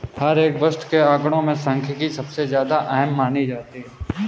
हर एक वस्तु के आंकडों में सांख्यिकी सबसे ज्यादा अहम मानी जाती है